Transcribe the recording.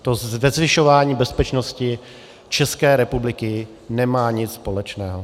To se zvyšováním bezpečnosti České republiky nemá nic společného.